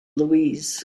louise